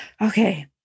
Okay